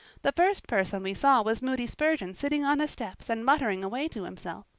the first person we saw was moody spurgeon sitting on the steps and muttering away to himself.